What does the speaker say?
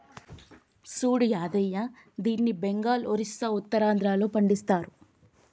సూడు యాదయ్య దీన్ని బెంగాల్, ఒరిస్సా, ఉత్తరాంధ్రలో పండిస్తరు